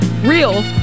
real